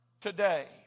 today